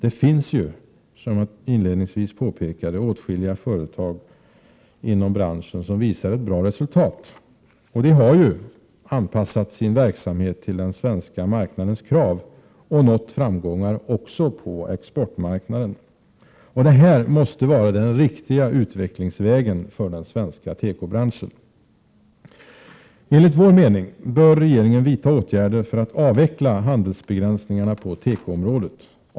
Det finns ju, som jag inledningsvis påpekade, åtskilliga företag inom branschen som visar ett bra resultat. De har anpassat sin verksamhet till den svenska marknadens krav och nått framgångar också på exportmarknaden. Detta måste vara den riktiga utvecklingsvägen för den svenska tekobranschen. Enligt vår mening bör regeringen vidta åtgärder för att avveckla handelsbegränsningarna på tekoområdet.